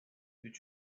you